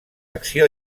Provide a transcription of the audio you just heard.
acció